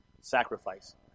sacrifice